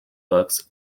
books